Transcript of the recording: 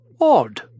Odd